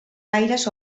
gaires